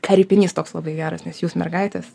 kareipinys toks labai geras nes jūs mergaitės